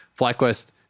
FlyQuest